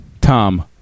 Tom